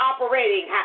operating